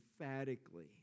emphatically